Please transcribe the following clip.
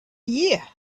year